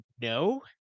No